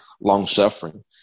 long-suffering